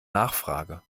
nachfrage